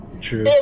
True